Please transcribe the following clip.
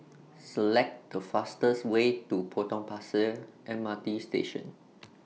Select The fastest Way to Potong Pasir M R T Station